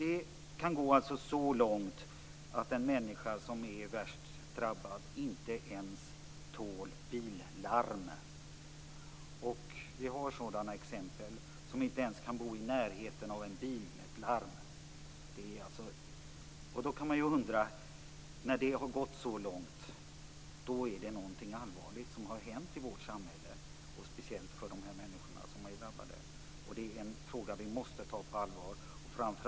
En del av dessa människor tål inte ens billarm. Det finns sådana exempel. När det har gått så långt är det något allvarligt som har hänt i vårt samhälle, speciellt för de drabbade människorna. Det är en fråga som vi måste ta på allvar och börja nu.